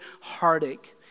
heartache